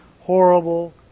horrible